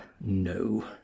no